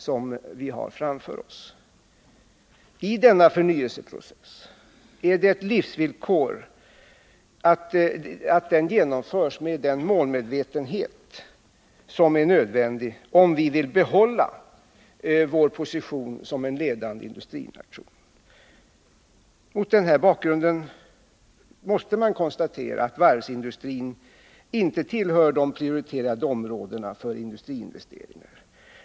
Det är ett livsvillkor att denna förnyelseprocess genomförs med den målmedvetenhet som är nödvändig, om vi vill behålla vår position som ledande industrination. Mot den bakgrunden måste man konstatera att varvsindustrin inte tillhör de prioriterade områdena i fråga om industriinvesteringar.